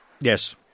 Yes